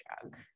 drug